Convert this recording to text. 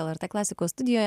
lrt klasikos studijoje